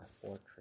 fortress